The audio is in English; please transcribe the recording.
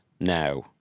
now